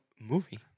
Movie